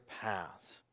paths